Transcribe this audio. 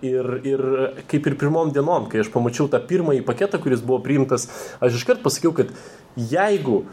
ir ir kaip ir pirmom dienom kai aš pamačiau tą pirmąjį paketą kuris buvo priimtas aš iškart pasakiau kad jeigu